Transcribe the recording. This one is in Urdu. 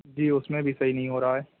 جی اس میں بھی صحیح نہیں ہو رہا ہے